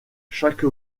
chaque